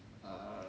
err